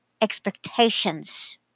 expectations